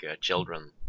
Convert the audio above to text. children